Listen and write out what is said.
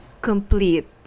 complete